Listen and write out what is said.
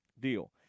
deal